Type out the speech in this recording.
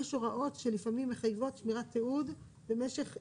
יש הוראות שלפעמים מחייבות שמירת תיעוד במשך שנה,